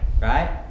Right